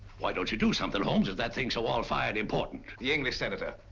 why don't you do something, holmes if that thing so all fired important? the english senator.